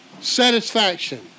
satisfaction